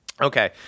Okay